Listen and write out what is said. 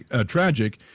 tragic